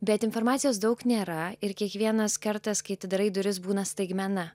bet informacijos daug nėra ir kiekvienas kartas kai atidarai duris būna staigmena